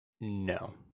No